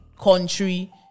country